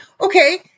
Okay